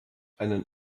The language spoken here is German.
einen